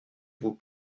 vous